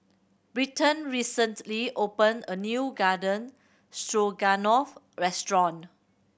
Bryton recently opened a new Garden Stroganoff restaurant